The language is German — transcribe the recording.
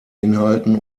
inhalten